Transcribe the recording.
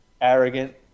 arrogant